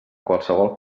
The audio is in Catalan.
qualsevol